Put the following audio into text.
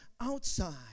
outside